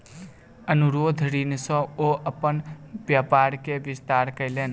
अनुरोध ऋण सॅ ओ अपन व्यापार के विस्तार कयलैन